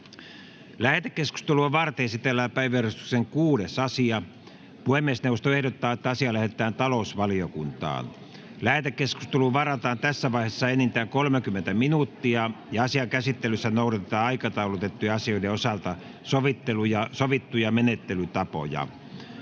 Lähetekeskustelua varten esitellään päiväjärjestyksen 6. asia. Puhemiesneuvosto ehdottaa, että asia lähetetään talousvaliokuntaan. Lähetekeskusteluun varataan tässä vaiheessa enintään 30 minuuttia. Asian käsittelyssä noudatetaan aikataulutettujen asioiden osalta sovittuja menettelytapoja.